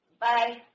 Bye